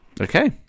Okay